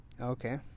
Okay